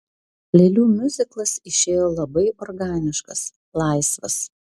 lėlių miuziklas išėjo labai organiškas laisvas